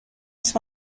است